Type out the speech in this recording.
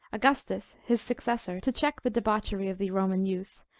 augustus, his successor, to check the debauchery of the roman youth,